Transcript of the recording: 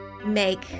make